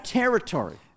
territory